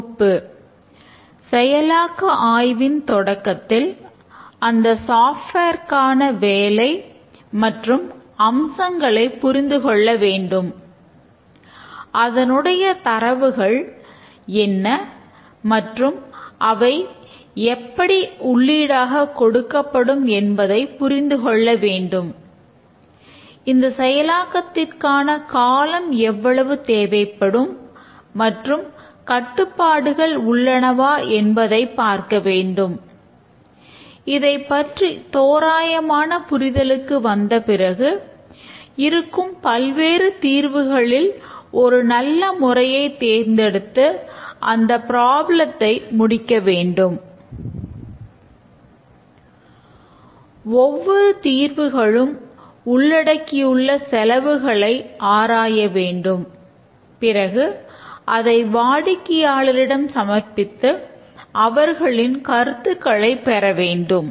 தொகுப்பு செயலாக்க ஆய்வின் தொடக்கத்தில் அந்த சாஃப்ட்வேர் முடிக்க வேண்டும் ஒவ்வொரு தீர்வுகளும் உள்ளடக்கியுள்ள செலவுகளை ஆராய வேண்டும் பிறகு அதை வாடிக்கையாளரிடம் சமர்ப்பித்து அவர்களின் கருத்துக்களை பெற வேண்டும்